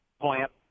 plant